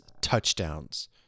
touchdowns